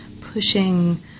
pushing